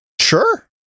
Sure